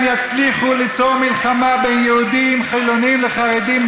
הם יצליחו ליצור מלחמה בין יהודים חילונים לחרדים,